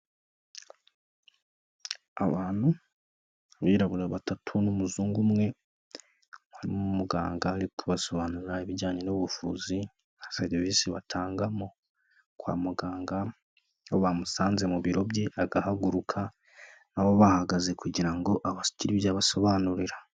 Abantu abirabura batatu n'umuzungu umwe. Harimo umuganga uri kubasobanurira ibijyanye n'ubuvuzi nka serivisi batangamo kwa muganga. Aho bamusanze mu biro bye agahaguruka nabo bahagaze kugira ngo agire ibyo abasobanurira.